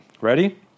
Ready